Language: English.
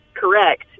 correct